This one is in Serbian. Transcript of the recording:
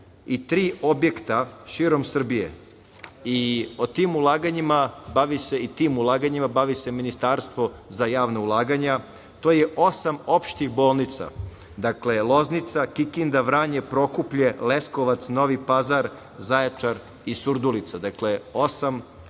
63 objekta širom Srbije i tim ulaganjima bavi se Ministarstvo za javna ulaganja. To je osam opštih bolnica: Loznica, Kikinda, Vranje, Prokuplje, Leskovac, Novi Pazar, Zaječar i Surdulica. Dakle, osam